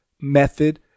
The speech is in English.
method